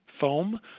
foam